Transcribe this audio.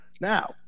Now